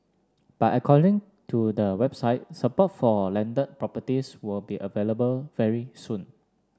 but according to the website support for landed properties will be available very soon